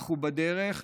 אנחנו בדרך,